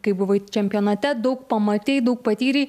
kai buvai čempionate daug pamatei daug patyrei